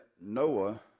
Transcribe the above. Noah